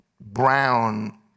brown